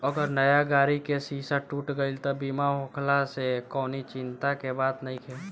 अगर नया गाड़ी के शीशा टूट गईल त बीमा होखला से कवनी चिंता के बात नइखे